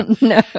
no